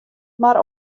mar